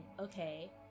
okay